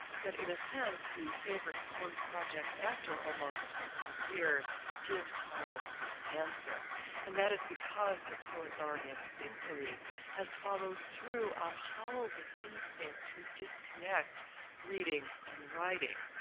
but in a sense the favorite poem project after almost one hundred years gives howells his answer and that is because the poet laureate's inquiry has followed through on howells' instinct to disconnect reading and writing.